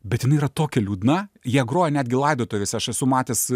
bet jinai yra tokia liūdna jie grojo netgi laidotuvėse aš esu matęs